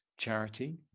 charity